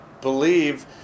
believe